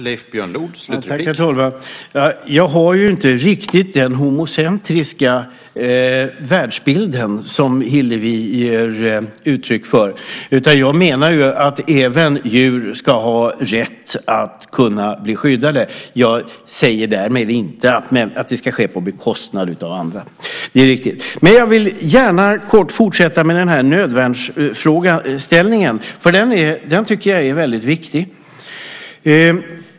Herr talman! Jag har inte riktigt den homocentriska världsbild som Hillevi ger uttryck för. Jag menar att även djur ska ha rätt att kunna bli skyddade. Jag säger därmed inte att det ska ske på bekostnad av andra. Det är riktigt. Jag vill gärna kort fortsätta med nödvärnsfrågeställningen, för den tycker jag är väldigt viktig.